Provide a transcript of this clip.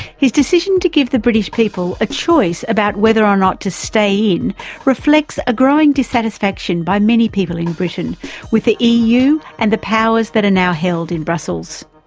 his decision to give the british people a choice about whether or not to stay in reflects a growing dissatisfaction by many people in britain with the eu and the powers that are now held in brussels.